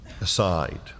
aside